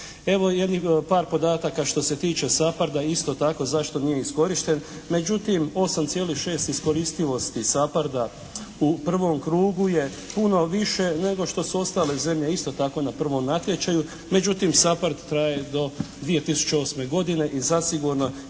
Evo par podataka što se tiče SAPARD-a isto tako zašto nije iskorišten. Međutim, 8,6 iskoristivosti SAPARD-a u prvom krugu je puno više nego što su ostale zemlje isto tako na prvom natječaju. Međutim SAPARD traje do 2008. godine i zasigurno